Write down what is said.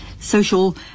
social